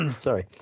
Sorry